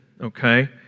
Okay